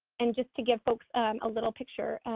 and just to give folks a little picture,